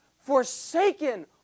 forsaken